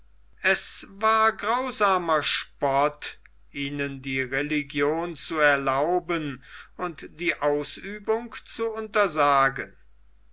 es war grausamer spott ihnen die religion zu erlauben und die ausübung zu versagen